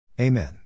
Amen